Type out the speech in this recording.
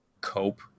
cope